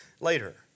later